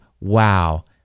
wow